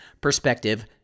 perspective